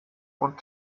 und